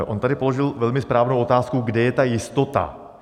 On tady položil velmi správnou otázku, kde je ta jistota.